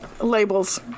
Labels